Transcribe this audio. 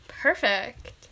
Perfect